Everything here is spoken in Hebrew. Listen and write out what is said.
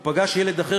הוא פגש ילד אחר,